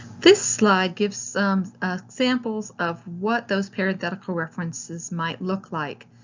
this slide gives some examples of what those parenthetical references might look like.